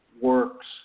works